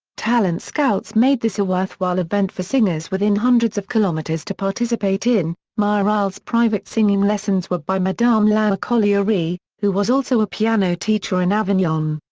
talent scouts made this a worthwhile event for singers within hundreds of kilometers to participate in. mireille's private singing lessons were by madame laure colliere, who was also a piano teacher in avignon.